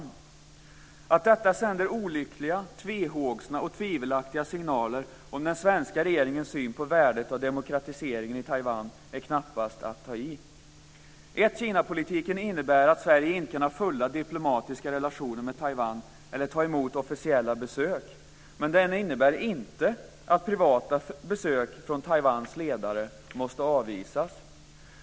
Att säga att detta sänder olyckliga, tvehågsna och tvivelaktiga signaler om den svenska regeringens syn på värdet av demokratiseringen i Taiwan är knappast att ta i. Ett-Kina-politiken innebär att Sverige inte kan ha fulla diplomatiska relationer med Taiwan eller ta emot officiella besök, men den innebär inte att privata besök från Taiwans ledare måste avvisas.